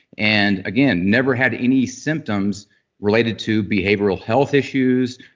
and again, never had any symptoms related to behavioral health issues,